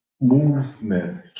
movement